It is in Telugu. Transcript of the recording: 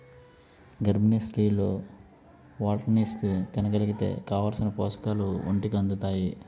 గర్భిణీ స్త్రీలు వాల్నట్స్ని తినగలిగితే కావాలిసిన పోషకాలు ఒంటికి అందుతాయి